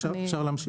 אפשר להמשיך?